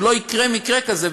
שלא יקרה מקרה כזה,